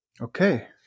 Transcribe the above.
okay